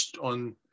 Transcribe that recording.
on